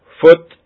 foot